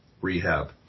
rehab